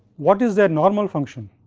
what is their normal function?